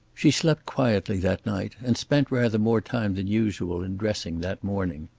she slept quietly that night, and spent rather more time than usual in dressing that morning.